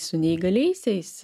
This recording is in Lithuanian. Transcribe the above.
su neįgaliaisiais